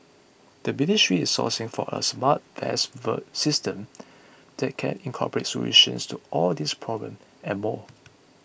the ministry is sourcing for a smart vest word system that can incorporate solutions to all these problems and more